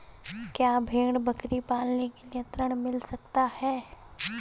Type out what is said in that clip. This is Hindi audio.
क्या भेड़ बकरी पालने के लिए ऋण मिल सकता है?